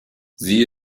sie